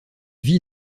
vit